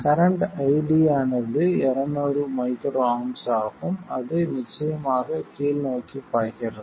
current ID ஆனது 200 µA ஆகும் அது நிச்சயமாக கீழ்நோக்கிப் பாய்கிறது